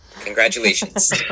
congratulations